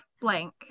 blank